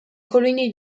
colonie